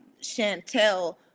Chantel